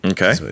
Okay